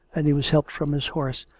and he was helped from his horse,